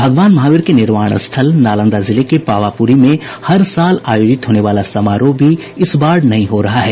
भगवान महावीर के निर्वाण स्थल नालंदा जिले के पावापुरी में हर साल आयोजित होने वाला समारोह भी इस बार नहीं हो रहा है